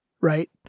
right